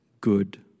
good